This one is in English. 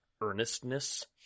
earnestness